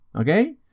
okay